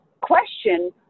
question